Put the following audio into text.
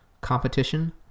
Competition